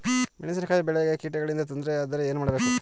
ಮೆಣಸಿನಕಾಯಿ ಬೆಳೆಗೆ ಕೀಟಗಳಿಂದ ತೊಂದರೆ ಯಾದರೆ ಏನು ಮಾಡಬೇಕು?